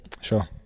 Sure